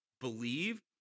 believe